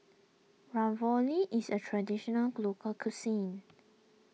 Ravioli is a Traditional Local Cuisine